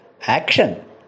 Action